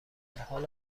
حال